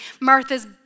Martha's